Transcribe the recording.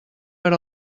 per